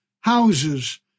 houses